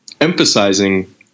emphasizing